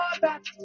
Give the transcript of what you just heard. back